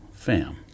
Fam